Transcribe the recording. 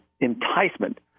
enticement